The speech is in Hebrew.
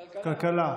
כלכלה.